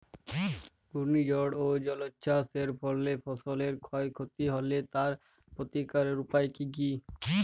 ঘূর্ণিঝড় ও জলোচ্ছ্বাস এর ফলে ফসলের ক্ষয় ক্ষতি হলে তার প্রতিকারের উপায় কী?